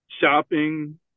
shopping